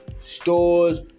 stores